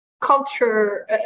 culture